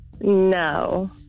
No